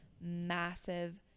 massive